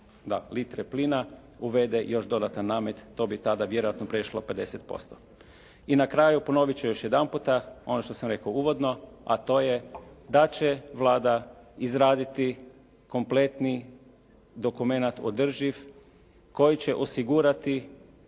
da, litre plina uvede još dodatan namet. To bi tada vjerojatno prešlo 50%. I na kraju ponovit ću još jedanputa ono što sam rekao uvodno a to je da će Vlada izraditi kompletni dokumenat održiv koji će osigurati